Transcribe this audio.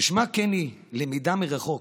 כשמה כן היא, למידה מרחוק.